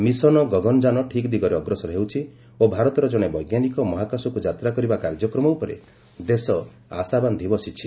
mission Gaganyaan ଠିକ୍ ଦିଗରେ ଅଗ୍ରସର ହେଉଛି ଓ ଭାରତର ଜଣେ ବୈଜ୍ଞାନିକ ମହାକାଶକୁ ଯାତ୍ରା କରିବା କାର୍ଯ୍ୟକ୍ରମ ଉପରେ ଦେଶ ଆଶା ବାନ୍ଧି ବସିଛି